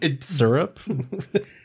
syrup